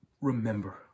remember